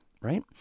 right